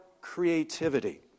creativity